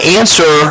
answer